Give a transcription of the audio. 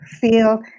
feel